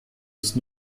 ist